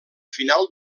final